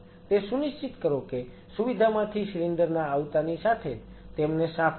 તે સુનિશ્ચિત કરો કે સુવિધામાંથી સિલિન્ડર ના આવતાની સાથે જ તેમને સાફ કરો